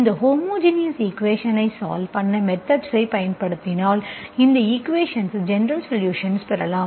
இந்த ஹோமோஜெனியஸ் ஈக்குவேஷன்ஸ்ஐ சால்வ் பண்ண மெத்தெட்ஸ்ஐ பயன்படுத்தினால் இந்த ஈக்குவேஷன்ஸ் ஜெனரல் சொலுஷன் பெறலாம்